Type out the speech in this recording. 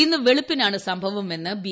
ഇന്ന് വെളുപ്പിനാണ് സംഭവം എന്ന് ബി